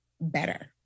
better